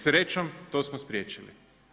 Srećom, to smo spriječili.